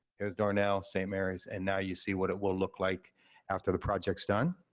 there's darnall, st. mary's, and now you see what it will look like after the project's done.